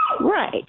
Right